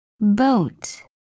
Boat